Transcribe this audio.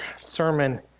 sermon